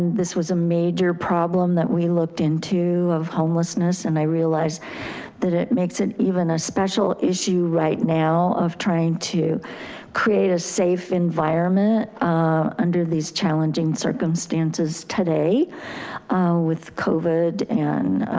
this was a major problem that we looked into of homelessness. and i realized that it makes it even a special issue right now of trying to create a safe environment under these challenging circumstances today with covid and